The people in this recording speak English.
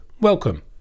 welcome